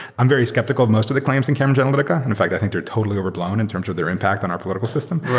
i'm very skeptical of most of the claims in cambridge analytica. in fact, i think they're totally overblown in terms of their impact on our political system.